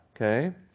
okay